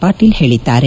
ಪಾಟೀಲ್ ಹೇಳಿದ್ದಾರೆ